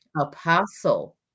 Apostle